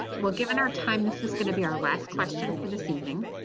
well, given our time. this is going to be our last question for this evening.